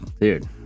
dude